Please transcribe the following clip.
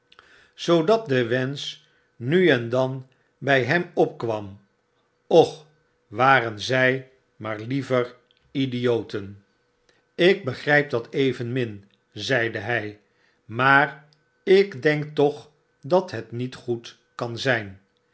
zoodat de wensch nu en dan by hem opkwam och waren zy maar liever idioten ik begrijp dat evenmin zeide hy maar ik denk toch dat het niet goed kan zyn